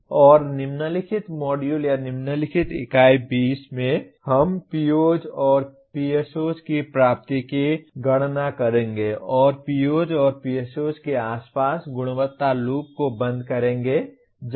और निम्नलिखित मॉड्यूल या निम्नलिखित इकाई 20 में हम POs और PSOs की प्राप्ति की गणना करेंगे और POs और PSOs के आसपास गुणवत्ता लूप को बंद करेंगे